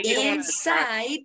inside